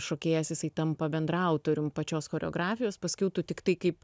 šokėjas jisai tampa bendraautorium pačios choreografijos paskiau tu tiktai kaip